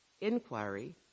inquiry